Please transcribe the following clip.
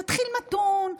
תתחיל מתון,